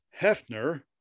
Hefner